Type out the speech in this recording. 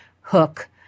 hook